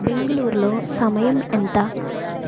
బెంగుళూరులో సమయం ఎంత